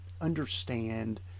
understand